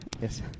Yes